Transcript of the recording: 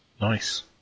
nice